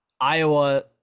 Iowa